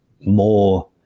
more